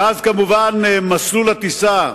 ואז כמובן מסלול הטיסה,